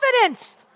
confidence